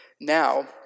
now